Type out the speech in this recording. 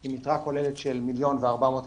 עם יתרה כוללת של 1.4 מלש"ח,